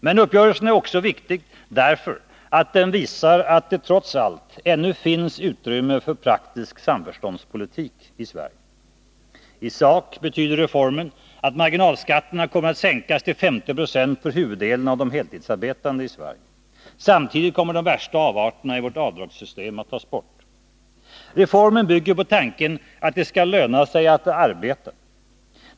Men uppgörelsen är också viktig därför att den visar att det trots allt ännu finns utrymme för praktisk samförståndspolitik i Sverige. I sak betyder reformen att marginalskatterna kommer att sänkas till 50 9o för huvuddelen av de heltidsarbetande i Sverige. Samtidigt kommer de värsta avarterna i vårt avdragssystem att tas bort. Reformen bygger på tanken att det skall löna sig att arbeta.